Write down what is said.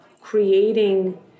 creating